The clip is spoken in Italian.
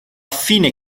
fine